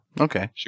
Okay